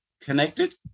connected